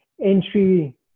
entry